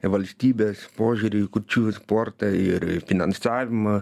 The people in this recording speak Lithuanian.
valstybės požiūrį į kurčiųjų sportą ir finansavimą